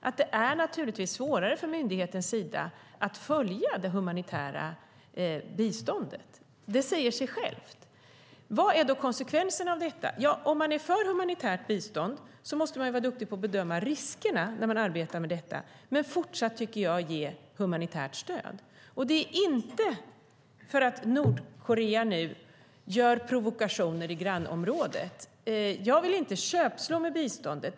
Då är det naturligtvis svårare från myndigheters sida att följa det humanitära biståndet. Det säger sig självt. Vad är då konsekvensen av detta? Om man är för humanitärt bistånd måste man vara duktig på att bedöma riskerna när man arbetar med detta men fortsätta, tycker jag, att ge humanitärt stöd, och det är inte för att Nordkorea nu gör provokationer i grannområdet. Jag vill inte köpslå med biståndet.